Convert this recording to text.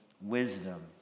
wisdom